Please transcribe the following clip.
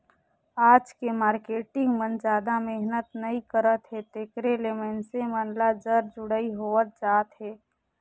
आज के मारकेटिंग मन जादा मेहनत नइ करत हे तेकरे ले मइनसे मन ल जर जुड़ई होवत जात अहे